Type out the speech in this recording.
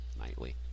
nightly